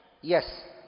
Yes